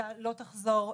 שהאישה באמת,